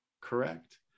correct